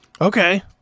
Okay